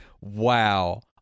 wow